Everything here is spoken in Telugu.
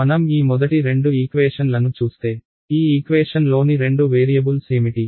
మనం ఈ మొదటి రెండు ఈక్వేషన్ లను చూస్తే ఈ ఈక్వేషన్ లోని రెండు వేరియబుల్స్ ఏమిటి